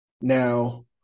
Now